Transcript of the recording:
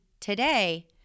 today